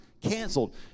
canceled